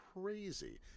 crazy